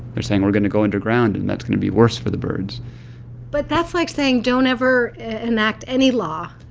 they're saying, we're going to go underground, and that's going to be worse for the birds but that's like saying don't ever enact any law.